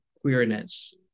queerness